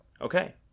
Okay